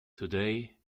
today